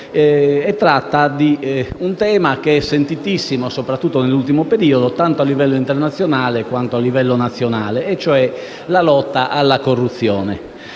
di un tema molto sentito, soprattutto nell'ultimo periodo, tanto a livello internazionale quanto a livello nazionale e cioè la lotta alla corruzione.